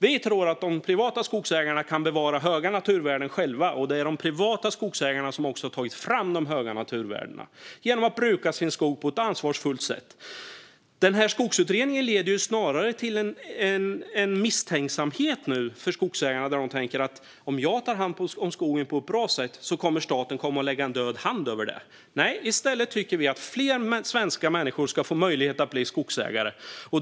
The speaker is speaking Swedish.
Vi tror att de privata skogsägarna kan bevara höga naturvärden själva. Det är också de privata skogsägarna som har tagit fram de höga naturvärdena genom att bruka sin skog på ett ansvarsfullt sätt. Skogsutredningen leder snarare till en misstänksamhet hos skogsägarna. De tänker att om de tar hand om skogen på ett bra sätt kommer staten och lägger en död hand över den. Vi tycker i stället att fler svenskar ska få möjlighet att bli skogsägare.